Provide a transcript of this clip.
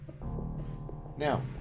Now